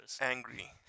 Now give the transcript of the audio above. Angry